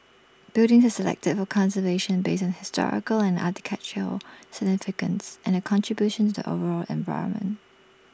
buildings are selected for conservation based on historical and architectural significance and their contribution to the overall environment